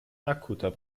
akuter